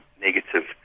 negative